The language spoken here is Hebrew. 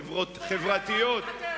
חברתיות,